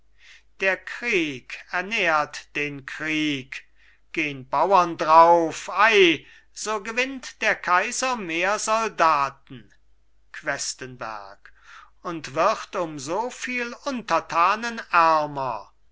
der krieg ernährt den krieg gehn bauern drauf ei so gewinnt der kaiser mehr soldaten questenberg und wird um so viel untertanen ärmer